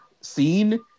scene